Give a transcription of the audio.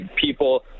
people